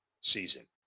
season